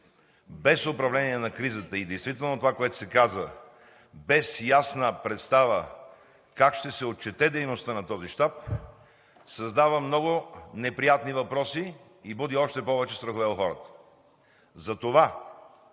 без управление на кризата и действително това, което се каза – без ясна представа как ще се отчете дейността на този щаб, създава много неприятни въпроси и буди още повече страхове у хората.